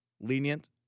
lenient